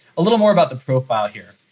a little more about the profile here.